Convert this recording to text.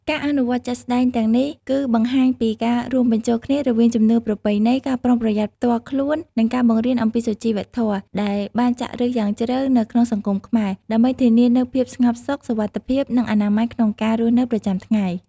ការអនុវត្តជាក់ស្តែងទាំងនេះគឺបង្ហាញពីការរួមបញ្ចូលគ្នារវាងជំនឿប្រពៃណី ការប្រុងប្រយ័ត្នផ្ទាល់ខ្លួន និងការបង្រៀនអំពីសុជីវធម៌ ដែលបានចាក់ឫសយ៉ាងជ្រៅនៅក្នុងសង្គមខ្មែរ ដើម្បីធានានូវភាពស្ងប់សុខ សុវត្ថិភាព និងអនាម័យក្នុងការរស់នៅប្រចាំថ្ងៃ ។